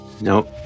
Nope